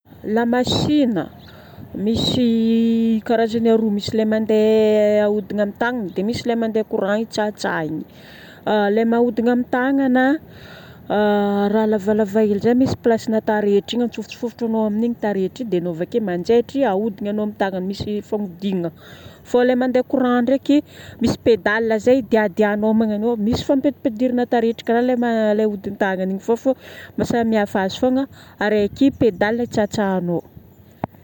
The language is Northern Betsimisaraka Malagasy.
Lamasinina. Misy karazagny aroa. Misy lay mandeha ahodigna amin'ny tagnana dia misy lay mandeha courant hitsahitsahigna. Ilay m- ahodigna amin'ny tagnana, raha lavalava hely zay misy place-na taretra igny. Atsofotsofotranao amin'igny taretra igny dia anao avake manjaitry, ahodignanao amin'ny tagnana, misy fanodinana. Fô lay mandeha courant ndraiky, misy pédale zay diadiàgnao magnaniô. Misy fampidipidirana taretra karaha lay ahodin-tagnana. Vô fô mahasamihafa azy fogna araiky pédale hitsahitsahignao.